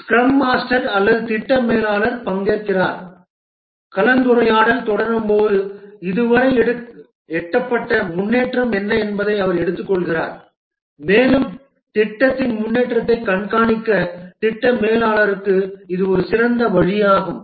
scrum master அல்லது திட்ட மேலாளர் பங்கேற்கிறார் கலந்துரையாடல் தொடரும்போது இதுவரை எட்டப்பட்ட முன்னேற்றம் என்ன என்பதை அவர் எடுத்துக்கொள்கிறார் மேலும் திட்டத்தின் முன்னேற்றத்தைக் கண்காணிக்க திட்ட மேலாளருக்கு இது ஒரு சிறந்த வழியாகும்